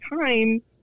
time